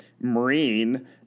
marine